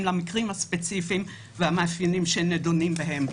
למקרים הספציפיים והמאפיינים שנדונים בהם.